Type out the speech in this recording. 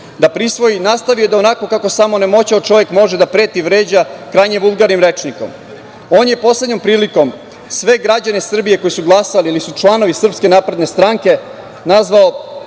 da prisvoji, nastavio da onako kako samo onemoćao čovek može da preti, vređa krajnje vulgarnim rečnikom. On je poslednjom prilikom sve građane Srbije koji su glasali ili su članovi SNS nazvao,